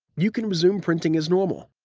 you can resume printing as normal.